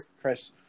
Chris